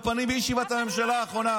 אמרתי לו את זה בפנים בישיבת הממשלה האחרונה.